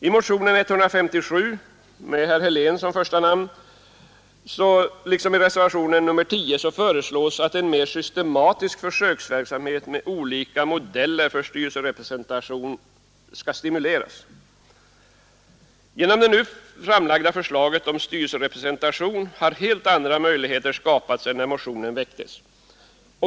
I motionen 157 med herr Helén som första namn föreslås liksom i reservationen 10 att en mera systematisk försöksverksamhet med olika modeller för styrelserepresentation skall stimuleras. Genom det nu framlagda förslaget om styrelserepresentation har helt andra möjligheter skapats än de som fanns när motionen väcktes.